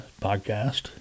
podcast